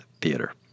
Theater